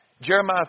Jeremiah